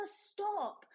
stop